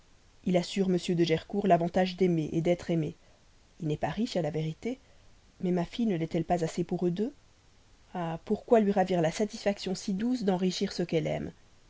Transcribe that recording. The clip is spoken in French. il a sur m de gercourt l'avantage d'aimer d'être aimé il n'est pas riche à la vérité mais ma fille ne lest elle pas assez pour eux deux ah pourquoi lui ravir la satisfaction si douce d'enrichir ce qu'elle aime